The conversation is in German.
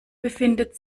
befindet